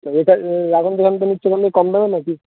আচ্ছা এখানে এখন যেখান থেকে নিচ্ছ ওখান থেকে কি কম দামের না কি